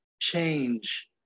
change